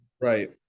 right